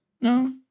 no